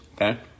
okay